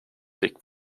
big